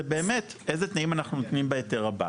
באמת איזה תנאים אנחנו נותנים בהיתר הבא,